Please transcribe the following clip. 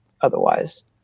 otherwise